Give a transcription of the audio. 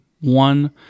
one